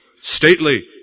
stately